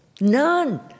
none